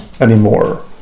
anymore